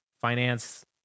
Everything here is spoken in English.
finance